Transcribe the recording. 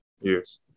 Yes